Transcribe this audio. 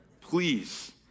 Please